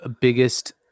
biggest